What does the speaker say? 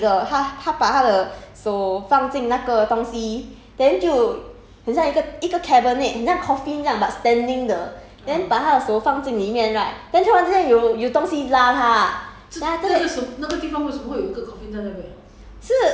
不知不觉真 I think 就真的发生就另外一个女的她她把她的手放进那个东西 then 就很像一个一个 cabinet 很像 coffin 这样 but standing 的 then 把它的手放进里面 right then 突然间有有东西拉她